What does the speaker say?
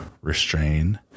restrain